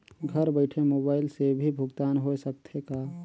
घर बइठे मोबाईल से भी भुगतान होय सकथे का?